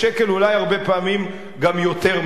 אולי הרבה פעמים גם יותר מזה.